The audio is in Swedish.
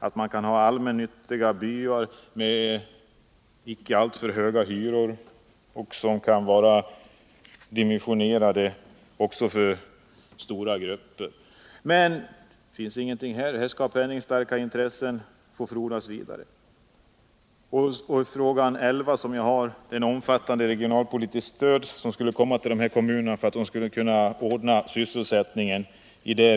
Jag har vidare pekat på att de allmännyttiga byarna inte får ha alltför höga hyror, som skulle kunna diskriminera stora grupper. Men inte heller på den punkten får jag något svar. Här skall penningstarka intressen få frodas vidare. Även på den elfte frågan om ett omfattande regionalpolitiskt stöd till de kommuner som inom sina gränser har primära rekreationsområden